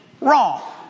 wrong